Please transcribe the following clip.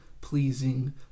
pleasing